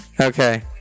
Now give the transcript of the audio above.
Okay